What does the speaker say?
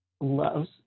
loves